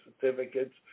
certificates